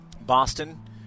Boston